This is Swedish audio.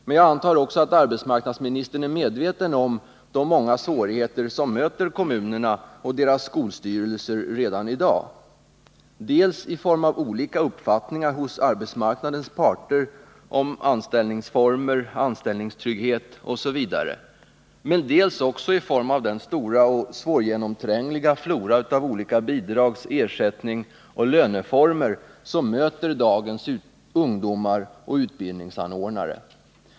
Men jag antar att också arbetsmarknadsministern är medveten om de många svårigheter som möter kommunerna och deras skolstyrelser redan i dag dels i form av olika uppfattningar hos arbetsmarknadens parter om anställningsformer, anställningstrygghet, osv., dels i form av den stora och svårgenomträngliga flora av olika bidrags-, ersättningsoch löneformer som möter dagens ungdomar och utbildningsanordnare.